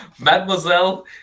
Mademoiselle